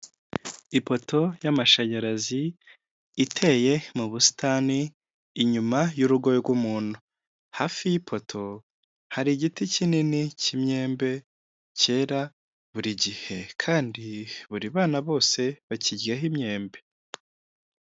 Ipoto y'amashanyarazi iteye mu busitani, inyuma y'urugo rw'umuntu, hafi y'ipoto hari igiti kinini cy'imyembe cyera buri gihe kandi buri bana bose bakiryaho imyembe.